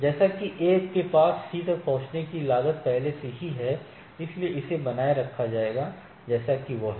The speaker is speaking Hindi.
जैसा कि A के पास C तक पहुंचने की लागत पहले से ही है इसलिए इसे बनाए रखा जाएगा जैसा कि यह है